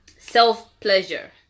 self-pleasure